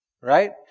Right